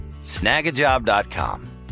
Snagajob.com